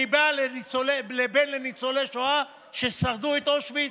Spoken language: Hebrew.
אני בן לניצולי שואה ששרדו את אושוויץ,